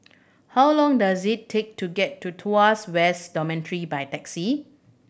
how long does it take to get to Tuas South Dormitory by taxi